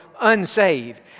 unsaved